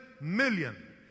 million